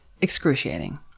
excruciating